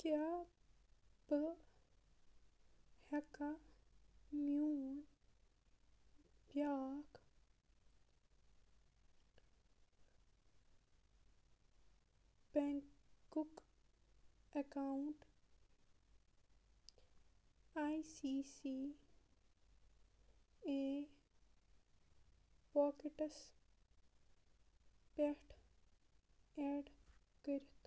کیٛاہ بہٕ ہٮ۪کا میون بیٛاکھ بٮ۪نٛکُک account I C C A pockets پٮ۪ٹھ اٮ۪ڈ کٔرِتھ